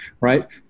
right